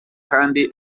kandi